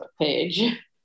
page